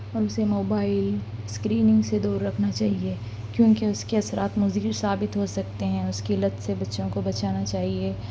اور اسے mobile screening سے دور رکھنا چاہیے کیونکہ اس کے اثرات مضر ثابت ہو سکتے ہیں اس کی لت سے بچوں کو بچانا چاہیے